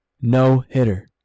No-hitter